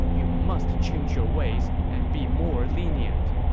you must change your ways and be more lenient.